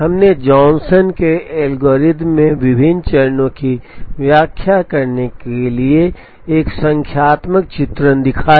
हमने जॉनसन के एल्गोरिदम में विभिन्न चरणों की व्याख्या करने के लिए एक संख्यात्मक चित्रण दिखाया